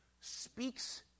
Speaks